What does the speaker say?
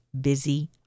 busy